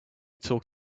talk